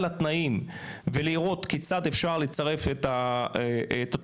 על התנאים ולראות כיצד אפשר לצרף את תוכנית